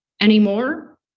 anymore